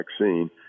vaccine